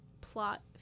plot